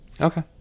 Okay